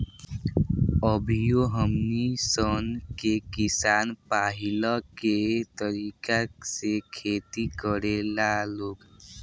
अभियो हमनी सन के किसान पाहिलके तरीका से खेती करेला लोग